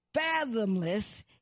fathomless